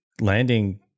landing